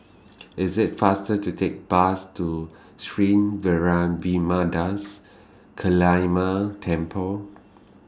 IS IT faster to Take Bus to Sri Vairavimada's Kaliamman Temple